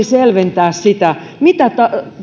selventää sitä mitä